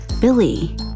Billy